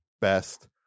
best